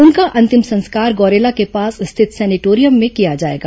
उनका अंतिम संस्कार गौरेला के पास स्थित सेनेटोरियम में किया जाएगा